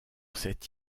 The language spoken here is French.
cette